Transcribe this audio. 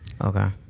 Okay